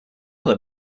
that